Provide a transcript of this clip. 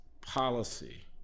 policy